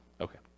Okay